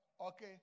okay